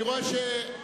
אני רואה שהמצב-רוח